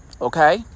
Okay